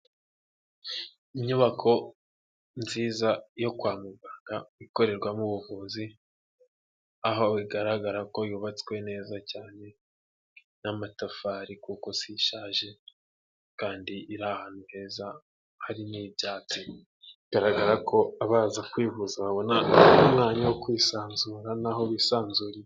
Inyubako nziza yo kwa muganga ikorerwamo ubuvuzi aho igaragara ko yubatswe neza cyane, n'amatafari kuko si ishaje kandi iri ahantu heza hari n'ibyatsi bigaragara ko abaza kwivuza babona umwanya wo kwisanzura n'aho bisanzuzuyerira.